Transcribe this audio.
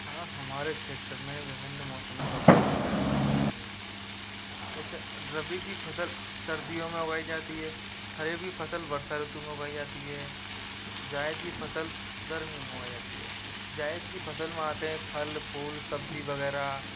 हाँ हमारे क्षेत्र में विभिन्न मौसमों में विभिन्न फ़सलें उगाई जाती हैं जैसे रबी की फ़सल सर्दियों में उगाई जाती है ख़रीफ़ी फ़सल वर्षा ऋतु में उगाई जाती है जायद की फ़सल गर्मी में उगाई जाती है जायद की फ़सल में आते हैं फल फूल सब्ज़ी वग़ैरह